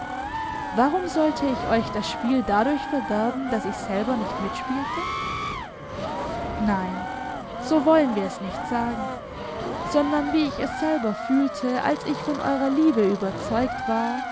warum sollte ich euch das spiel dadurch verderben daß ich selber nicht mitspielte nein so wollen wir es nicht sagen sondern wie ich es selber fühlte als ich von eurer liebe überzeugt war